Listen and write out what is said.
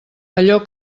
allò